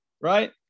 Right